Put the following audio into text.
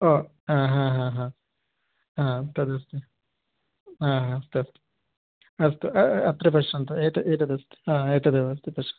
ओ हा हा हा हा तदस्ति हा हा तत् अस्तु अत्र पश्यन्तु एतत् एतदस्ति हा एतदेव अस्ति पश्य